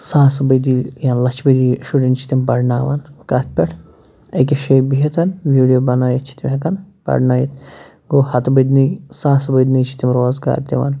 ساسہٕ بٔدی یا لچھِ بٔدی شُرٮ۪ن چھِ تِم پَرٕناوان کَتھ پٮ۪ٹھ أکِس جایہِ بِہِتھ ویٖڈیو بنٲیِتھ چھِ تِم ہٮ۪کان پَرٕنٲیِتھ گوٚو ہَتھ بٔدۍ نٕے ساسہٕ بٔدۍ نٕے چھِ تِم روزگار دِوان